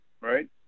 Right